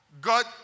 God